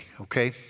okay